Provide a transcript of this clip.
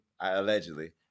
allegedly